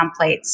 templates